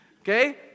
Okay